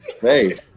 hey